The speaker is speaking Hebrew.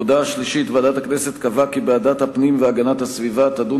הודעה שלישית: ועדת הכנסת קבעה כי ועדת הפנים והגנת הסביבה תדון